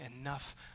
enough